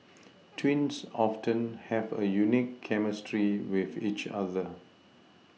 twins often have a unique chemistry with each other